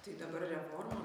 tai dabar reforma